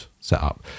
setup